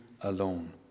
alone